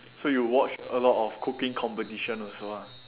so you watch a lot of cooking competition also lah